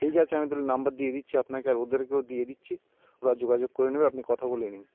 ঠিক আছে আমি তালে নম্বর দিয়ে দিচ্ছি আপনাকে আর ওদেরকেও দিয়ে দিচ্ছি ওরা যোগাযোগ করে নেবে আপনি কথা বলে নিন